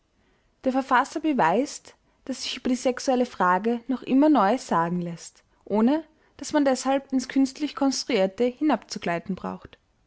der verfasser beweist daß sich über die sexuelle frage noch immer neues sagen läßt ohne daß man deshalb ins künstlich konstruierte hinabzugleiten braucht